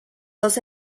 dos